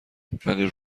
ولی